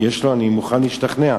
אני מוכן להשתכנע,